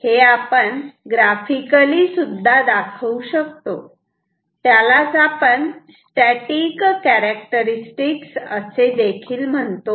हे आपण ग्रफिकली सुद्धा दाखवू शकतो त्यालाच आपण स्टॅटिक कॅरेक्टरस्टिक्स असेदेखील म्हणतो